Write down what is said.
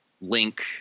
link